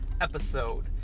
episode